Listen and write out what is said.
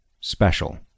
special